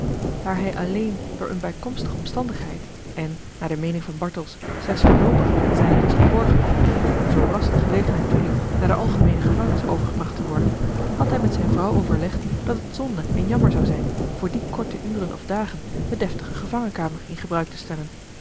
daar hij alleen door eene bijkomstige omstandigheid en naar de meening van bartels slechts voorloopig ten zijnent was geborgen om zoo ras de gelegenheid toeliet naar de algemeene gevangenis overgebracht te worden had hij met zijne vrouw overlegd dat het zonde en jammer zou zijn voor die korte uren of dagen de deftige gevangenkamer in gebruik te stellen